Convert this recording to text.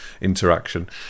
interaction